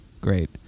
Great